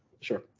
Sure